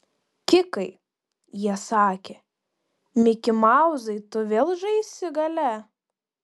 kikai jie sakė mikimauzai tu vėl žaisi gale